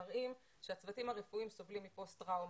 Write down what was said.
מראים שהצוותים הרפואיים סובלים מפוסט טראומה,